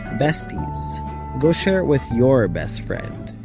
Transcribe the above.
besties go share it with your best friend.